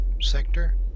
sector